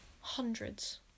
hundreds